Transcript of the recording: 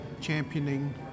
championing